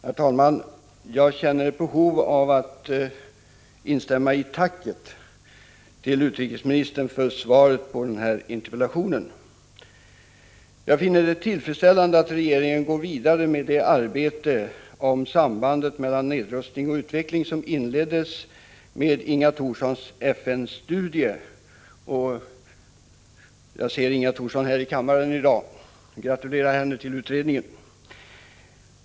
Herr talman! Jag känner ett behov av att instämma i tacket till utrikesministern för svaret på interpellationen. Jag finner det tillfredsställande att regeringen går vidare med det arbete om sambandet mellan nedrustning och utveckling som inleddes med Inga Thorssons FN-studie. Jag ser Inga Thorsson här i kammaren i dag, och jag vill gratulera henne till utredningen.